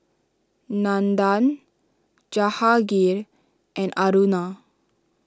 Nandan Jahangir and Aruna